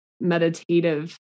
meditative